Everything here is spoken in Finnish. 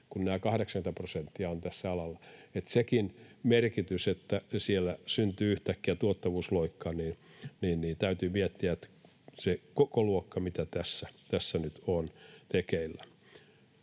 nämä 80 prosenttia ovat tässä alalla. Sekin merkitys on, että siellä syntyy yhtäkkiä tuottavuusloikka, niin että täytyy miettiä se kokoluokka, mitä tässä nyt on tekeillä.